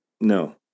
No